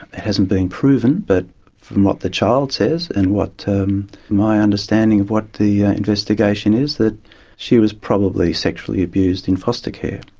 hasn't been proven but from what the child says and what my understanding of what the investigation is that she was probably sexually abused in foster care.